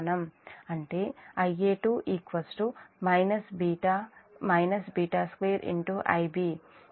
అంటే Ia2 β β2Ib then Ia1